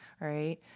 Right